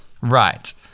Right